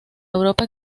europa